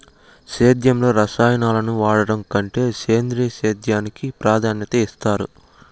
సేద్యంలో రసాయనాలను వాడడం కంటే సేంద్రియ సేద్యానికి ప్రాధాన్యత ఇస్తారు